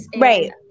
Right